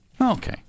Okay